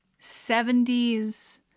70s